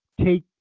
Take